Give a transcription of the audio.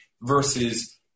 versus –